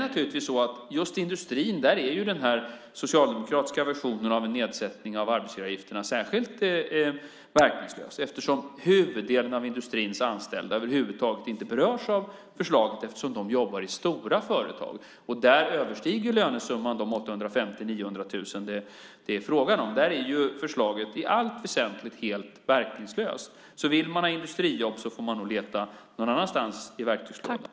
Just inom industrin är den socialdemokratiska visionen om en nedsättning av arbetsgivaravgifterna särskilt verkningslös. Huvuddelen av industrins anställda berörs inte av förslaget eftersom de jobbar i stora företag, och där överstiger lönesumman de 850 000-900 000 det är frågan om. Där är förslaget i allt väsentligt helt verkningslöst. Vill man ha industrijobb får man nog leta någon annanstans i verktygslådan.